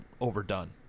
overdone